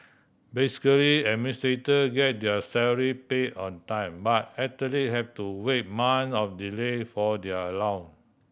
basically administrator get their salary pay on time but athlete have to wait months of delay for their allow